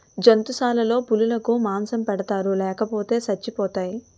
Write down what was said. జంతుశాలలో పులులకు మాంసం పెడతారు లేపోతే సచ్చిపోతాయి